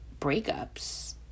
breakups